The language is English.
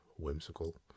whimsical